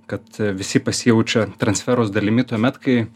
kad visi pasijaučia transferos dalimi tuomet kai